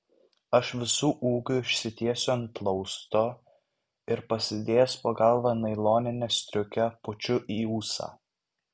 aš visu ūgiu išsitiesiu ant plausto ir pasidėjęs po galva nailoninę striukę pučiu į ūsą